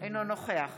אינו נוכח